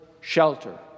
shelter